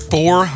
Four